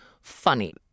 funny